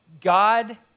God